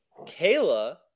kayla